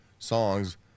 songs